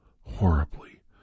horribly